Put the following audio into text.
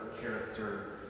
character